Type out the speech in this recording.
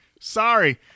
Sorry